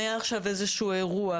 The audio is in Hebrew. אם היה עכשיו איזשהו אירוע,